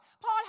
Paul